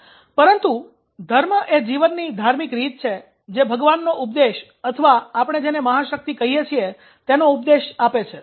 પરંતુ ધર્મ એ જીવનની ધાર્મિક રીત છે જે ભગવાનનો ઉપદેશ અથવા આપણે જેને મહાશક્તિ કહીએ છીએ તેનો ઉપદેશ આપે છે